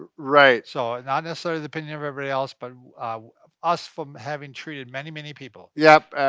right. so not necessarily the opinion of everybody else, but us, from having treated many, many people. yep,